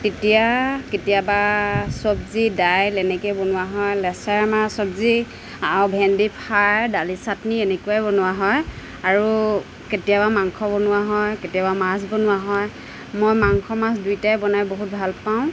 তেতিয়া কেতিয়াবা চবজি ডাইল এনেকৈয়ে বনোৱা হয় লেছেৰা মাহৰ চবজি আৰু ভেণ্ডি ফ্ৰাই ডালি চাটনি এনেকুৱাই বনোৱা হয় আৰু কেতিয়াবা মাংস বনোৱা হয় কেতিয়াবা মাছ বনোৱা হয় মই মাংস মাছ দুয়োটাই বনাই বহুত ভালপাওঁ